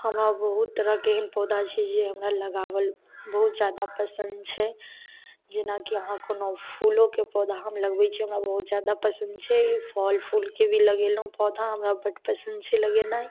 हमरा बहुत तरहके एहन पौधा छै जे हमरा लगाबल बहुत जादा पसन्द छै जेना अहाँ कोनो फूलोके पौधा हम लगबय छी हमरा बहुत जादा पसन्द छै फल फूलके भी लगेलहुँ पौधा हमरा बड्ड पसन्द छै लगेनाइ